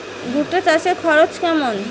ভুট্টা চাষে খরচ কেমন?